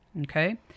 okay